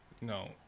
No